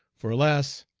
for alas!